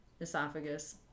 esophagus